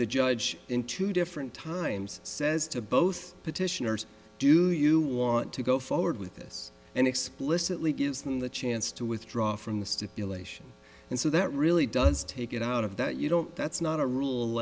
the judge in two different times says to both petitioners do you want to go forward with this and explicitly gives them the chance to withdraw from the stipulation and so that really does take it out of that you don't that's not a rule